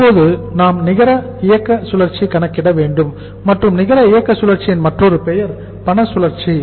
இப்போது நாம் நிகர இயக்க சுழற்சியை கணக்கிடவேண்டும் மற்றும் நிகர இயக்க சுழற்சியின் மற்றொரு பெயர் பண சுழற்சி